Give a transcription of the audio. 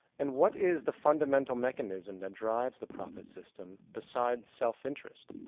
and what is the fundamental mechanism that drives the profit system besides self-interest?